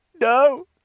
no